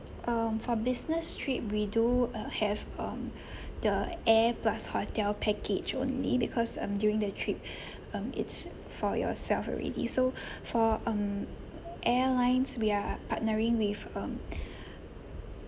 um for business trip we do uh have um the air plus hotel package only because um during the trip um it's for yourself already so for um airlines we're partnering with um